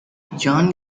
john